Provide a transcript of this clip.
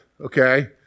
okay